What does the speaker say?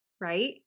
right